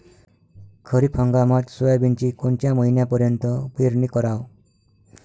खरीप हंगामात सोयाबीनची कोनच्या महिन्यापर्यंत पेरनी कराव?